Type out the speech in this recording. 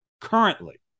currently